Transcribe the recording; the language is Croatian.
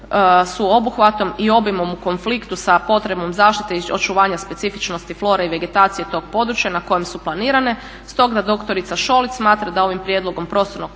su obuhvatom i obimom u konfliktu sa potrebom zaštite i očuvanja specifičnosti flore i vegetacije tog područja na kojem su planirane stoga dr. Šolić smatra da ovim prijedlogom prostornog plana